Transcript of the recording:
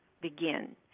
begin